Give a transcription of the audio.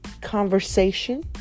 conversation